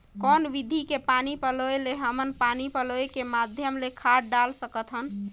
कौन विधि के पानी पलोय ले हमन पानी पलोय के माध्यम ले खाद डाल सकत हन?